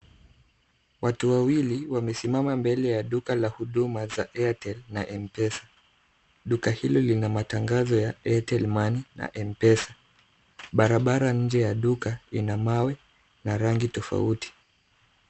Wafu wawili wamesimama mbele ya duka la huduma za Airtel na M-pesa. Duka hilo lina matangazo ya Airtel money na M-pesa. Barabara nje ya duka ina mawe na rangi tofauti.